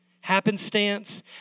Happenstance